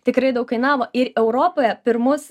tikrai daug kainavo ir europoje pirmus